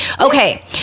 Okay